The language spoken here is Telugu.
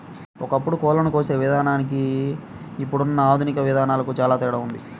ఒకప్పుడు కోళ్ళను కోసే విధానానికి ఇప్పుడున్న ఆధునిక విధానాలకు చానా తేడా ఉంది